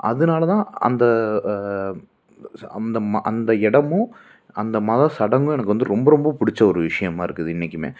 அதனால தான் அந்த அந்தம்மா அந்த இடமும் அந்த மத சடங்கும் எனக்கு வந்து ரொம்ப ரொம்ப பிடிச்ச ஒரு விஷயமா இருக்குது இன்றைக்குமே